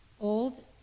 old